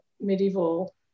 medieval